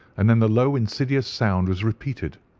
and then the low insidious sound was repeated.